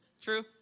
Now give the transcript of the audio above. True